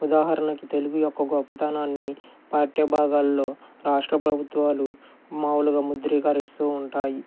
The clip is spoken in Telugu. ఉదాహరణకి తెలుగు యొక్క గొప్పతనాన్ని పాఠ్యభాగాల్లో రాష్ట్ర ప్రభుత్వాలు మాములుగా ముద్రీకరిస్తూ ఉంటాయి